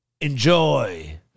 Enjoy